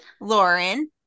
Lauren